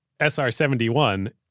SR-71